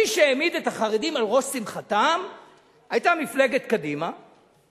מי שהעמיד את החרדים על ראש שמחתם היו מפלגת קדימה,